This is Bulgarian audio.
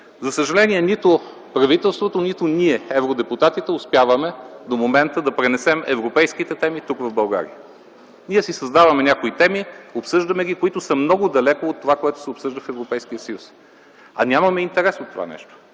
За съжаление нито правителството, нито ние – евродепутатите, успяваме до момента да пренесем европейските теми тук в България. Ние си създаваме някои теми, обсъждаме ги, които са много далеко от това, което се обсъжда в Европейския съюз, а нямаме интерес от това нещо.